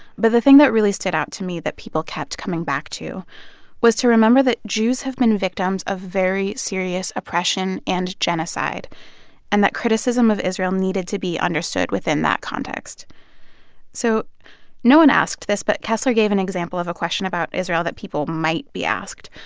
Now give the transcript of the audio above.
but the thing that really stood out to me that people kept coming back to was to remember that jews have been victims of very serious oppression and genocide and that criticism of israel needed to be understood within that context so no one asked this, but kessler gave an example of a question about israel that people might be asked,